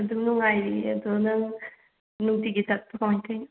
ꯑꯗꯨꯝ ꯅꯨꯡꯉꯥꯏꯔꯤꯌꯦ ꯑꯗꯣ ꯅꯪ ꯅꯨꯡꯇꯤꯒꯤ ꯆꯠꯄ꯭ꯔꯣ ꯀ꯭ꯃꯥꯏ ꯇꯧꯔꯤꯅꯣ